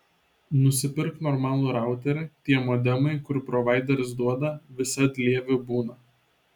nusipirk normalų routerį tie modemai kur provaideris duoda visad lievi būna